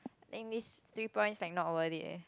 I think this three points like not worth it eh